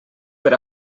per